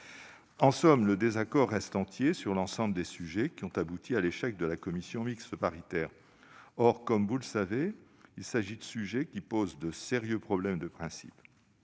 En somme, le désaccord reste entier pour l'ensemble des différends qui ont abouti à l'échec de la commission mixte paritaire. Or, comme vous le savez, il s'agit de sujets qui posent de sérieux problèmes de principe.